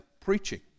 preaching